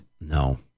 No